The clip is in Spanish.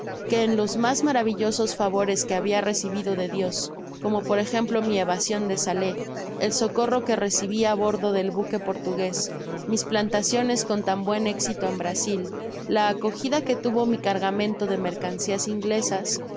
que en los mas maravillosos favores que habia recibido de dios como por ejemplo mi evasion de salé el socorro que recibi á bordo del buque portugués mis plantaciones con tan buen éxito en el brasil la acogida que tuvo'mi cargamento de mercancias inglesas ni